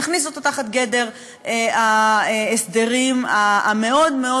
נכניס אותו תחת גדר ההסדרים המאוד מאוד